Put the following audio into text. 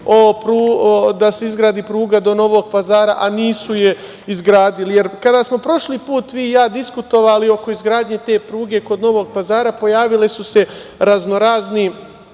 da se izgradi pruga do Novog Pazara, a nisu je izgradili. Kada smo prošli put vi i ja diskutovali oko izgradnje te pruge kod Novog Pazara, pojavili su se raznorazni